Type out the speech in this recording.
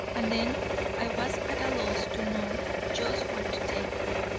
and then i was at a loss to know just where to take her.